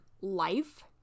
life